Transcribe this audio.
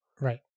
Right